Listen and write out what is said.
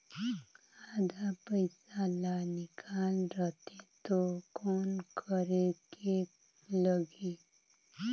आधा पइसा ला निकाल रतें तो कौन करेके लगही?